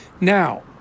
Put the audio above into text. Now